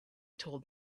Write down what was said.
told